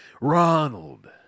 Ronald